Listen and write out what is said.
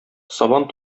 сабан